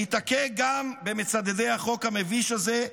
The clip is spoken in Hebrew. והיא תכה גם במצדדי החוק המביש הזה,